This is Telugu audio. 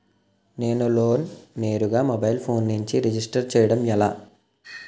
నేను లోన్ నేరుగా మొబైల్ ఫోన్ నుంచి రిజిస్టర్ చేయండి ఎలా?